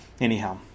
Anyhow